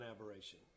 aberration